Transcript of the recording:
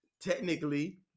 technically